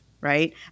right